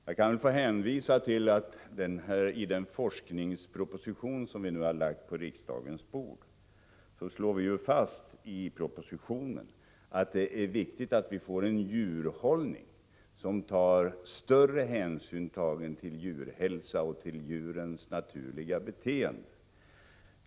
Jag får hänvisa till att i den forskningsproposition som vi nu lagt på riksdagens bord slås fast att det är viktigt att vi får en djurhållning som tar större hänsyn till djurens hälsa och djurens naturliga beteende.